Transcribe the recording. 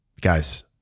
Guys